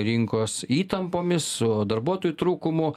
rinkos įtampomis su darbuotojų trūkumu